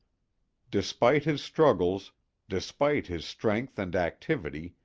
despite his struggles despite his strength and activity,